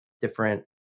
different